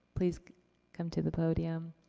please come to the podium.